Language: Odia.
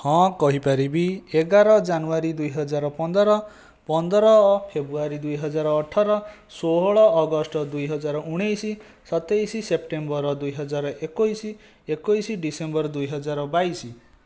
ହଁ କହିପାରିବି ଏଗାର ଜାନୁଆରୀ ଦୁଇ ହଜାର ପନ୍ଦର ପନ୍ଦର ଫେବ୍ରୁଆରୀ ଦୁଇ ହଜାର ଅଠର ଷୋହଳ ଅଗଷ୍ଟ ଦୁଇ ହଜାର ଉଣେଇଶି ସତେଇଶି ସେପ୍ଟେମ୍ବର ଦୁଇ ହଜାର ଏକୋଇଶି ଏକୋଇଶି ଡିସେମ୍ବର ଦୁଇ ହଜାର ବାଇଶି